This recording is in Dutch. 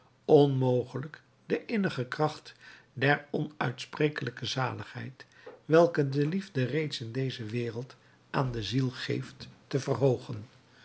onmogelijk de innige kracht der onuitsprekelijke zaligheid welke de liefde reeds in deze wereld aan de ziel geeft te verhoogen